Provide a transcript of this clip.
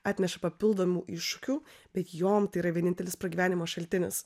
atneša papildomų iššūkių bet jom tai yra vienintelis pragyvenimo šaltinis